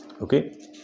okay